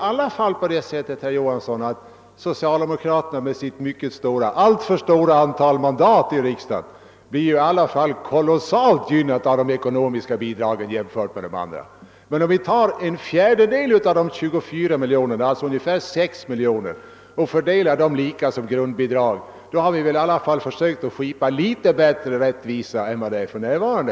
Socialdemokraterna, herr Johansson, med sitt mycket stora, alltför stora, antal mandat i riksdagen blir i alla fall oerhört gynnat genom de ekonomiska bidragen jämfört med andra partier. Men om vi tar en fjärdedel av de 24 miljonerna, alltså 6 miljoner, och fördelar dem lika som grundbidrag har vi i alla fall försökt att skipa litet bättre rättvisa än för närvarande.